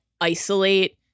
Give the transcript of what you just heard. isolate